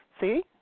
See